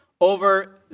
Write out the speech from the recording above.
over